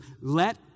let